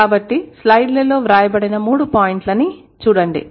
కాబట్టి స్లైడ్లలో వ్రాయబడిన 3 పాయింట్లను చూడండి